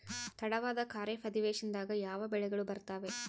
ತಡವಾದ ಖಾರೇಫ್ ಅಧಿವೇಶನದಾಗ ಯಾವ ಬೆಳೆಗಳು ಬರ್ತಾವೆ?